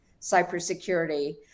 cybersecurity